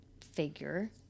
figure